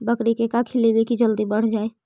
बकरी के का खिलैबै कि जल्दी बढ़ जाए?